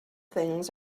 things